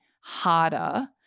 harder